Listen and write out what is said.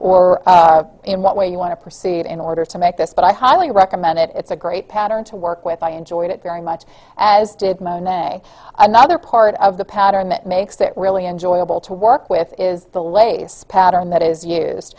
or in what way you want to proceed in order to make this but i highly recommend it it's a great pattern to work with i enjoyed it very much as did monet another part of the pattern that makes it really enjoyable to work with is the lace pattern that is used